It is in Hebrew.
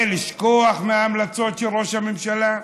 ולשכוח מההמלצות של ראש הממשלה?